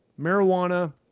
marijuana